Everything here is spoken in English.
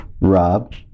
Rob